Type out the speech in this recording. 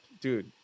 dude